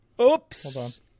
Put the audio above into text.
Oops